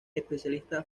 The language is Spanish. especialista